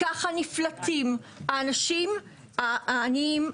ככה נפלטים האנשים העניים,